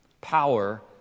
power